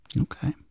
Okay